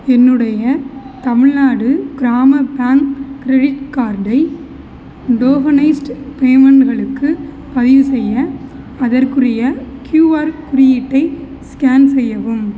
என்னுடைய Tamil Nadu Grama bank credit கார்டை tokenised பேமெண்ட்களுக்கு பதிவுசெய்ய அதற்குரிய க்யூஆர் குறியீட்டை ஸ்கேன் செய்யவும்